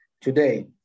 today